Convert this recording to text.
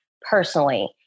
personally